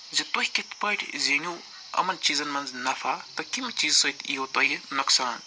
زِ تُہۍ کِتھ پٲٹھۍ زیٖنِو یِمَن چیٖزَن منٛز نَفع تہٕ کَمہِ چیٖزِ سۭتۍ یِیو تۄہہِ نۄقصان